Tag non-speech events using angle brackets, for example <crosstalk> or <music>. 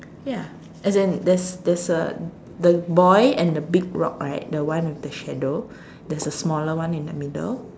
ya as in there's there's a the boy and the big rock right the one with the shadow <breath> there's a smaller one in the middle